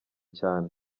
cyane